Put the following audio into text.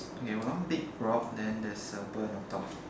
okay one big rock then there's a bird on top